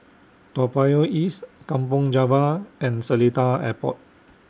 Toa Payoh East Kampong Java and Seletar Airport